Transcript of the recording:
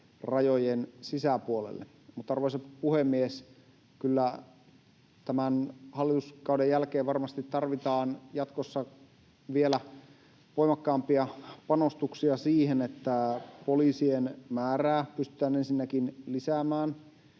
rajojen sisäpuolelle. Mutta, arvoisa puhemies, kyllä tämän hallituskauden jälkeen varmasti tarvitaan jatkossa vielä voimakkaampia panostuksia siihen, että poliisien määrää pystytään ensinnäkin lisäämään.